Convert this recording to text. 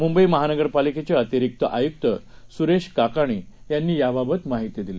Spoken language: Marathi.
मुंबई महानगरपालिकेचे अतिरिक्त आयुक्त सुरेश काकाणी यांनी याबाबत माहिती दिली